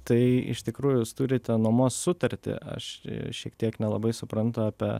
tai iš tikrųjų jūs turite nuomos sutartį aš šiek tiek nelabai suprantu apie